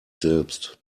selbst